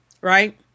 Right